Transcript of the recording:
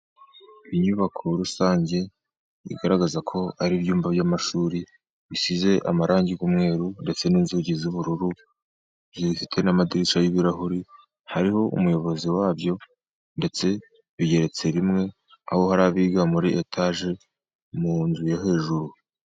Inyubako rusange igaragaza ko ari ibyumba by'amashuri, bisize amarangi y'umweru, ndetse n'inzugi z'ubururu. Ifite n'amadirishya y'ibirahuri, hariho umuyobozi waryo ndetse bigeretse rimwe, aho hari abiga muri etaje, mu nzu yo hejuru.